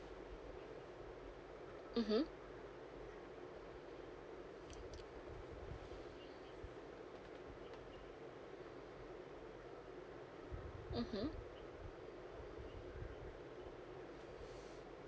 mmhmm mmhmm